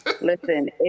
Listen